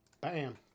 Bam